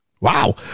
Wow